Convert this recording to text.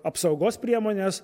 apsaugos priemones